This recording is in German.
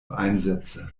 einsätze